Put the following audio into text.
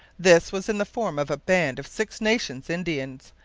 this was in the form of a band of six nation indians,